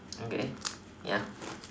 okay ya